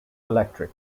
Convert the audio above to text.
electric